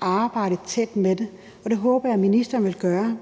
arbejdet tæt med det, og det håber jeg ministeren vil gøre.